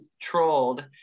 trolled